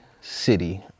city